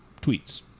tweets